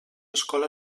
escola